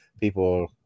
People